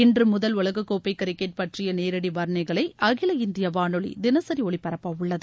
இன்று முதல் உலக கோப்பை கிரிக்கெட் பற்றிய நேரடி வர்ணனைகளை அகில இந்திய வானொலி தினசரி ஒலிபரப்ப உள்ளது